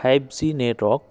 five G network